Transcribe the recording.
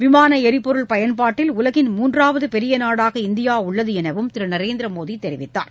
விமான எரிபொருள் பயன்பாட்டில் உலகின் மூன்றாவது பெரிய நாடாக இந்தியா உள்ளது எனவும் திரு நரேந்திர மோடி தெரிவித்தார்